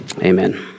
amen